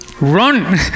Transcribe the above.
Run